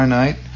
night